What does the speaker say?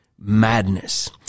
madness